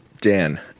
Dan